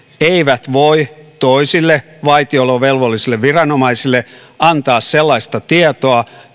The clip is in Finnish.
eivät voi toisille vaitiolovelvollisille viranomaisille antaa sellaista tietoa